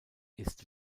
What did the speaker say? ist